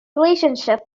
relationship